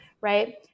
right